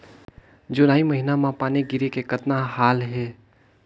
जुलाई महीना म पानी गिरे के कतना हाल हे?